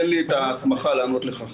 אין לי את ההסמכה לענות לכך.